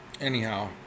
Anyhow